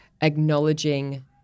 acknowledging